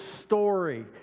story